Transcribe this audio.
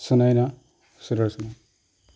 Sunayna Sudarshana